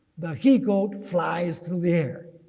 the he goat flies through the air.